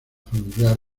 familiar